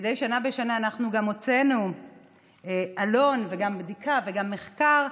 מדי שנה בשנה אנחנו גם הוצאנו עלון וגם בדיקה וגם מחקר,